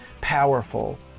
powerful